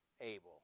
able